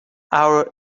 our